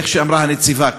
איך שאמרה הנציבה,